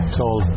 told